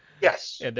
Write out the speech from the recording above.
Yes